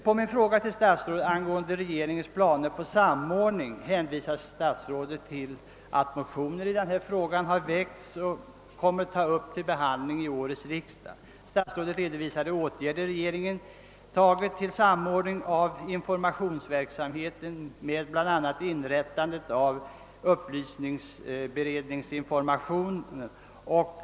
På min fråga till statsrådet angående regeringens planer på samordning hänvisar statsrådet till att motioner i denna fråga har väckts och kommer att tas upp till behandling vid årets riksdag. Statsrådet redovisar de åtgärder regeringen vidtagit för samordning av informationsverksamheten med bl.a. inrättandet av upplysningsberedningen.